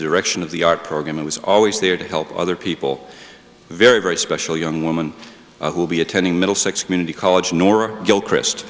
direction of the art program i was always there to help other people very very special young woman will be attending middlesex community college nora gilchrist